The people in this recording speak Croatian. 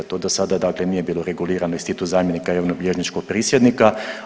To do sada, dakle nije bilo regulirano, institut zamjenika javnobilježničkog prisjednika.